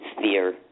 fear